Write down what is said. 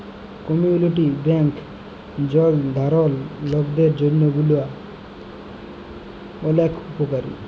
community bank জলসাধারল লকদের জন্হে গুলা ওলেক উপকারী